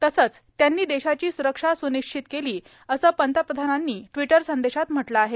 तसंच त्यांनी देशाची सुरक्षा सुनिश्चित केली असं पंतप्रधानांनी टिवटर संदेशात म्हटलं आहे